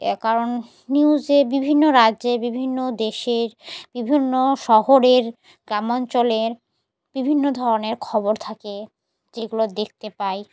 এ কারণ নিউজে বিভিন্ন রাজ্যে বিভিন্ন দেশের বিভিন্ন শহরের গ্রামাঞ্চলের বিভিন্ন ধরনের খবর থাকে যেগুলো দেখতে পাই